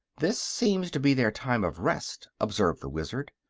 this seems to be their time of rest, observed the wizard.